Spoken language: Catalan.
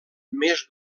més